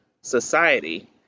society